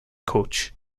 coach